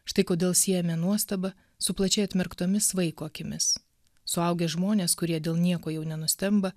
štai kodėl siejame nuostabą su plačiai atmerktomis vaiko akimis suaugę žmonės kurie dėl nieko jau nenustemba